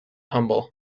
humble